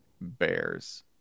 Bears